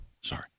Sorry